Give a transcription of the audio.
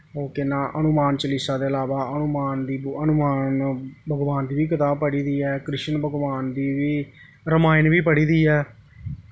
ओह् केह् नांऽ हनुमान चालीसा दे अलावा हनुमान हनुमान भगवान दी बी कताब पढ़ी दी ऐ कृष्ण भगवान दी बी रमायण बी पढ़ी दी ऐ